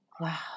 Wow